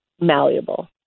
malleable